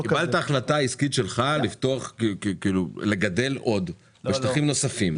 קיבלת החלטה עסקית שלך לגדל עוד בשטחים נוספים.